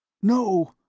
no!